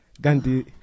Gandhi